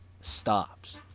stops